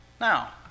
Now